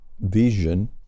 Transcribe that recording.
vision